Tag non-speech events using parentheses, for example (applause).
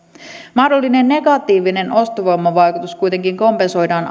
mahdollinen negatiivinen ostovoimavaikutus kuitenkin kompensoidaan (unintelligible)